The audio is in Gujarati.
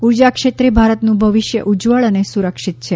ઉર્જા ક્ષેત્રે ભારતનું ભવિષ્ય ઉજ્જવળ અને સુરક્ષિત છે